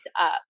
up